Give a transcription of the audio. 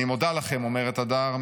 אני מודה לכם" אומרת הדר,